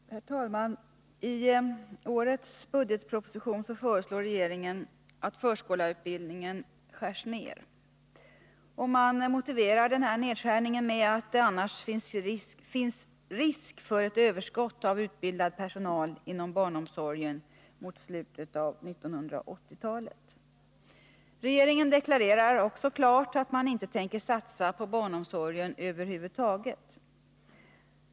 Herr talman! I årets budgetproposition föreslår regeringen att förskollärarutbildningen skärs ner. Regeringen motiverar nedskärningen med att det annars finns risk för ett överskott av utbildad personal inom barnomsorgen mot slutet av 1980-talet. Regeringen deklarerar också klart att man inte tänker satsa på barnomsorgen över huvud taget.